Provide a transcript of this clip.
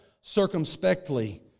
circumspectly